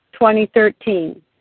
2013